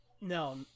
No